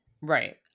Right